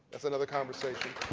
that's another conversation.